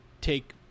take